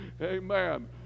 Amen